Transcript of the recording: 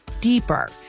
deeper